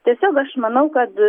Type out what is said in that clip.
tiesiog aš manau kad